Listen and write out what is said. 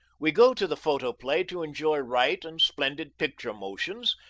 we go to the photoplay to enjoy right and splendid picture-motions,